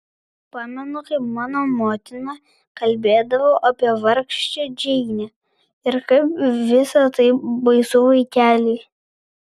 pamenu kaip mano motina kalbėdavo apie vargšę džeinę ir kaip visa tai baisu vaikeliui